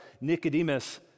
Nicodemus